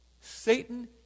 Satan